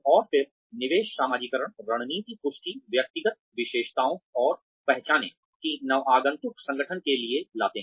और फिर निवेश समाजीकरण रणनीति पुष्टि व्यक्तिगत विशेषताओं और पहचाने कि नवागंतुक संगठन के लिए लाता है